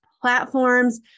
platforms